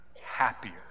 happier